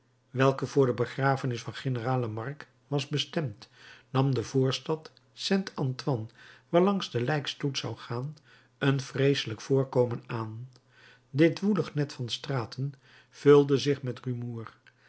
welke voor de begrafenis van generaal lamarque was bestemd nam de voorstad st antoine waarlangs de lijkstoet zou gaan een vreeselijk voorkomen aan dit woelig net van straten vulde zich met rumoer